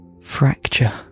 fracture